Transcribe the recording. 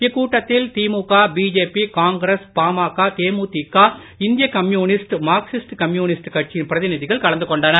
இக்கூட்டத்தில் திமுக BJP Congress பாமக தேமுதிக இந்திய கம்யூனிஸ்ட் மார்க்சிஸ்ட் கம்யூனிஸ்ட் கட்சியின் பிரதிநிதிகள் கலந்து கொண்டனர்